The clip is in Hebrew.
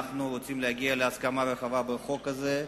רוצים להגיע להסכמה רחבה בחוק הזה,